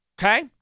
okay